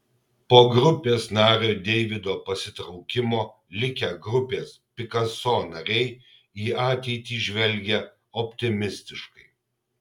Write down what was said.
po grupės nario deivido pasitraukimo likę grupės pikaso nariai į ateitį žvelgia optimistiškai